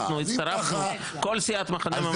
אנחנו הצטרפנו כל סיעת המחנה הממלכתי הצטרפה.